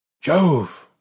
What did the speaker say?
Jove